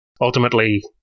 ultimately